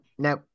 No